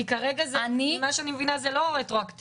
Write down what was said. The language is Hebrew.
כי כרגע ממה שאני מבינה זה לא רטרואקטיבי.